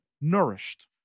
nourished